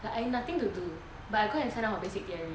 like I nothing to do but I go and sign up for basic theory